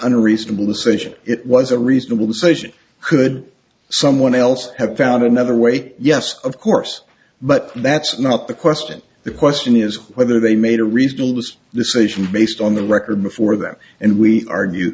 unreasonable ascension it was a reasonable decision could someone else have found another way yes of course but that's not the question the question is whether they made a reasonable this decision based on the record before them and we argue